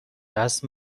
دست